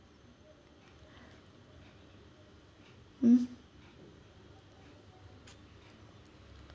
mm